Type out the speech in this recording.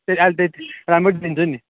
राम्रो दिन्छु नि